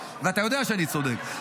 ואתה יודע שאני צודק,